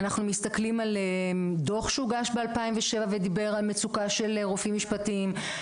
אנחנו מסתכלים על דו"ח שהוגש ב-2007 ודיבר על מצוקה של רופאים משפטיים.